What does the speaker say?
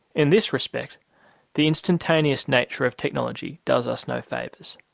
in this respect the instantaneous nature of technology does us no favours.